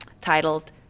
titled